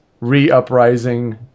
re-uprising